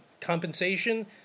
compensation